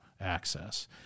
access